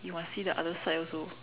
you must see the other side also